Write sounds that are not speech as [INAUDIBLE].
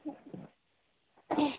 [UNINTELLIGIBLE]